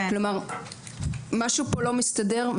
כלומר, משהו פה לא מסתדר.